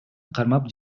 кармап